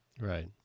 right